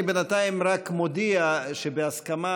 בינתיים אני רק מודיע שבהסכמה,